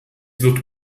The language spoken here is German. wird